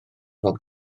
fel